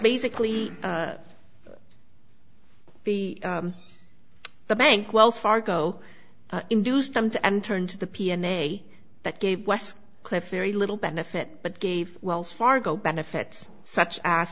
basically the the bank wells fargo induced them to enter into the p m a that gave west cliff very little benefit but gave wells fargo benefits such as